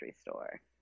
store